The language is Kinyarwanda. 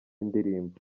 indirimbo